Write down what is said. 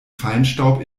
feinstaub